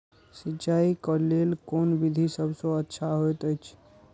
सिंचाई क लेल कोन विधि सबसँ अच्छा होयत अछि?